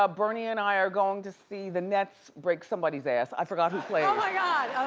bernie and i are going to see the nets break somebody's ass. i forgot who plays. oh my god,